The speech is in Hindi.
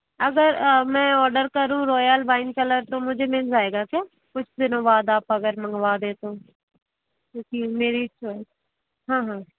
अगर मैं ऑर्डर करूँ रॉयल वाइन कलर तो मुझे मिल जाएगा क्या कुछ दिनों बाद अगर आप मुझे मँगवा दें तो क्योंकि मेरी हाँ हाँ